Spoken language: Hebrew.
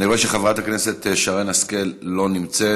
אני רואה שחברת הכנסת שרן השכל לא נמצאת.